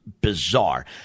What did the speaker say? bizarre